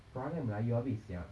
perangai melayu habis sia